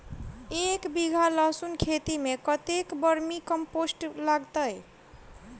एक बीघा लहसून खेती मे कतेक बर्मी कम्पोस्ट लागतै?